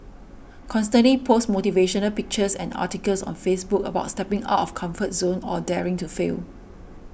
constantly post motivational pictures and articles on Facebook about stepping out of comfort zone or daring to fail